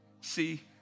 see